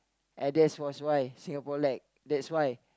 and that was why Singapore let that's why